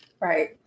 Right